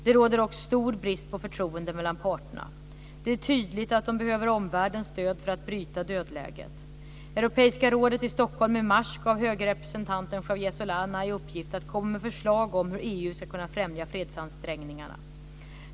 Det råder dock stor brist på förtroende mellan parterna. Det är tydligt att parterna behöver omvärldens stöd för att bryta dödläget. Europeiska rådet i Stockholm i mars gav höge representanten Javier Solana i uppgift att komma med förslag om hur EU ska kunna främja fredsansträngningarna.